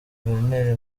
guverineri